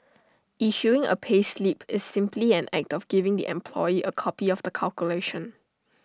issuing A payslip is simply an act of giving the employee A copy of the calculation